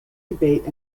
debate